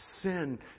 sin